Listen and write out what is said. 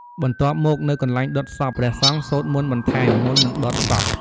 បន្ទាប់មក នៅកន្លែងដុតសព ព្រះសង្ឃសូត្រមន្តបន្ថែម មុននឹងដុតសព។